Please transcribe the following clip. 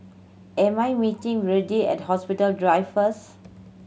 am I meeting Verdie at Hospital Drive first